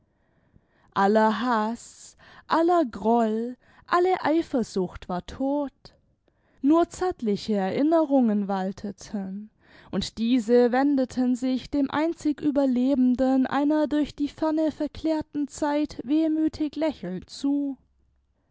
aller haß aller groll alle eifersucht war todt nur zärtliche erinnerungen walteten und diese wendeten sich dem einzig ueberlebenden einer durch die ferne verklärten zeit wehmüthig lächelnd zu